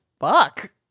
Fuck